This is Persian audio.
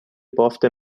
بافت